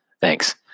Thanks